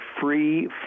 free